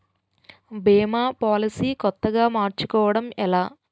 భీమా policy కొత్తగా మార్చుకోవడం ఎలా?